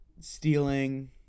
stealing